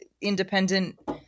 independent